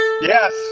Yes